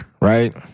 right